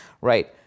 right